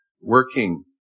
working